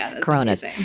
Coronas